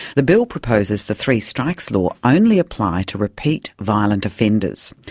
the bill proposes the three strikes law only apply to repeat violent offenders.